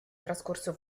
trascorso